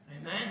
Amen